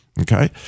Okay